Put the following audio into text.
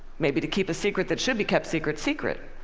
maybe to keep a secret that should be kept secret, secret.